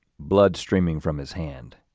blood streaming from his hand,